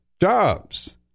jobs